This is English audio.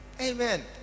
Amen